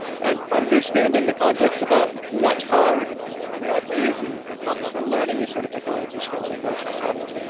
and understanding the context about what's hard and what's easy comes from learning these sort of technology skills that pluralsight offers.